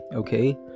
Okay